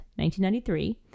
1993